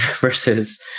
versus